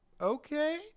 okay